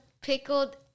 pickled